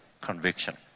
conviction